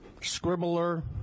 scribbler